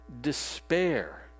despair